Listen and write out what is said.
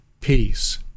peace